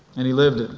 and he lived it.